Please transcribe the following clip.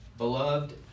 Beloved